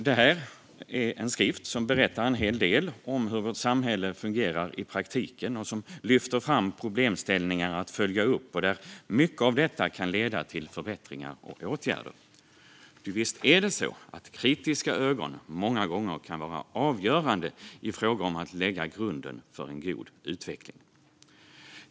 Det här är en skrift som berättar en hel del om hur vårt samhälle fungerar i praktiken, lyfter fram problemställningar att följa upp och att mycket av detta kan leda till förbättringar och åtgärder. Ty visst är det så att kritiska ögon många gånger kan vara avgörande i fråga om att lägga grunden för en god utveckling.